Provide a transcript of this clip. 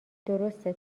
درسته